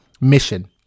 mission